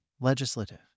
legislative